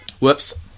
Whoops